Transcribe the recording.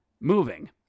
moving